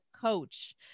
coach